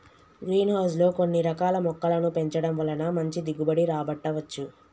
green house లో కొన్ని రకాల మొక్కలను పెంచడం వలన మంచి దిగుబడి రాబట్టవచ్చు